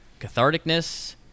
Catharticness